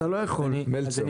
צבור?